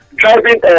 driving